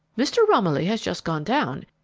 mr. romilly has just gone down.